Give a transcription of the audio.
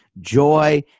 joy